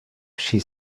she